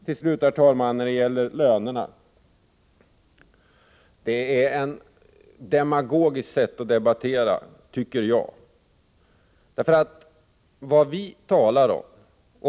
Till slut, herr talman, när det gäller lönerna: Det är ett demagogiskt sätt att debattera, tycker jag, som Bo Nilsson gav prov på.